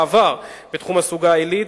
בתחום הסוגה העילית,